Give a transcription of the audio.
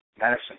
Madison